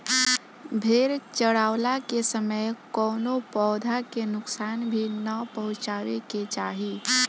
भेड़ चरावला के समय कवनो पौधा के नुकसान भी ना पहुँचावे के चाही